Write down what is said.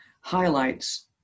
highlights